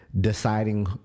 deciding